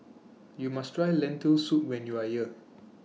YOU must Try Lentil Soup when YOU Are here